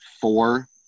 four